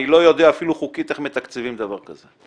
אני לא יודע אפילו חוקית איך מתקצבים דבר כזה.